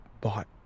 bought